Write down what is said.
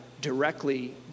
directly